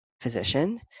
physician